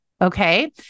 okay